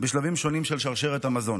בשלבים שונים של שרשרת המזון.